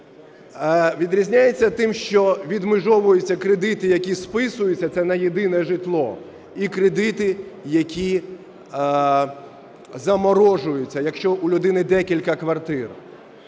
Відрізняється тим, що відмежовуються кредити, які списуються (це на єдине житло), і кредити, які заморожуються, якщо у людини декілька квартир.